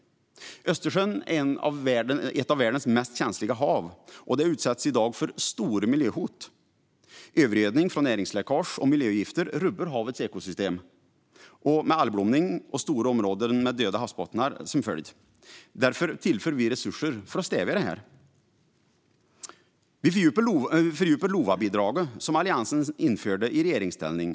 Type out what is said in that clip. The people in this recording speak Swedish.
Östersjön är ett av världens mest känsliga hav, och det utsätts i dag för stora miljöhot. Övergödning från näringsläckage och miljögifter rubbar havets ekosystem, med algblomning och stora områden med döda havsbottnar som följd. Vi tillför därför resurser för att stävja det. Vi fördjupar LOVA-bidraget som Alliansen införde i regeringsställning.